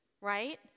right